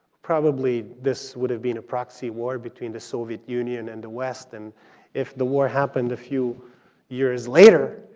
probably this would have been a proxy war between the soviet union and the west, and if the war happened a few years later,